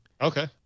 Okay